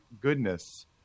goodness